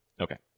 Okay